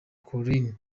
collines